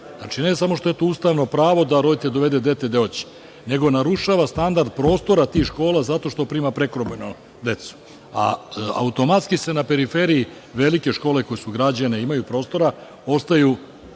Znači, ne samo što je to ustavno pravo da roditelj dovede gde hoće, nego narušava standard prostora tih škola zato što prima prekobrojno decu. Automatski na periferiji velike škole, koje su građene, imaju prostora, ostaju